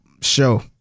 show